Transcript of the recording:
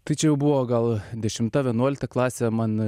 tai čia jau buvo gal dešimta vienuolikta klasė man